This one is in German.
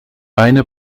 eine